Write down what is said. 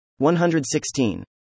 116